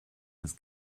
des